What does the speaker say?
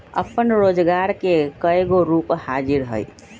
अप्पन रोजगार के कयगो रूप हाजिर हइ